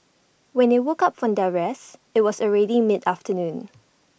when they woke up from their rest IT was already mid afternoon